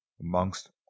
amongst